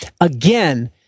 Again